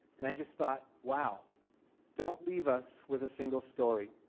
and i just thought wow don't leave us with a single story